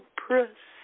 press